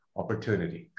opportunity